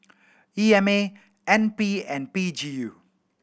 E M A N P and P G U